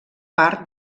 part